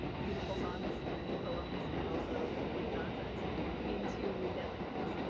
beautiful songs and poems, and also complete nonsense into dead languages.